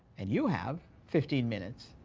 and you have fifteen minutes.